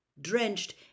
Drenched